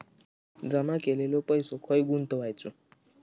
जमा केलेलो पैसो खय गुंतवायचो?